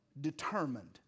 determined